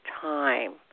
time